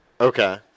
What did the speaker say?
Okay